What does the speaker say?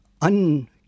un